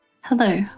Hello